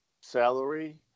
salary